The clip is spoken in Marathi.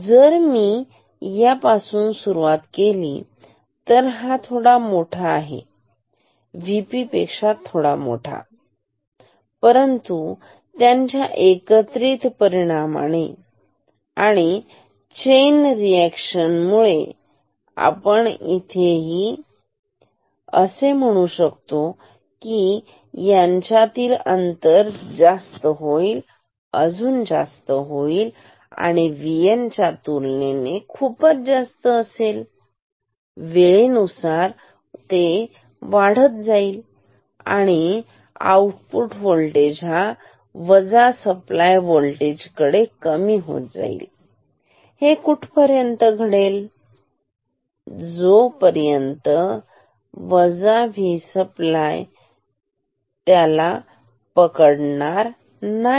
जर मी या पासून सुरुवात केली तर हा थोडा मोठा आहे VP पेक्षा थोडा मोठा परंतु त्यांच्या एकत्र परिणाम आणि चैन रिएक्शन मुळे आपण असे ही म्हणू शकतो मुळे आणि यांच्यातील अंतर जास्त होईल अजून जास्त होईल आणि VN च्या तुलनेत अजून जास्त होईल वेळेनुसार वाढत आहे आणि VO हा वजा सप्लाय होल्टेज कडे कमी होत आहे हे कुठपर्यंत घडेल जोपर्यंत V सप्लाय त्याला पकडत नाही